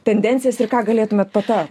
tendencijas ir ką galėtumėt patart